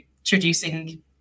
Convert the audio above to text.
introducing